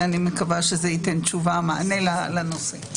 ואני מקווה שזה ייתן תשובה ומענה לנושא.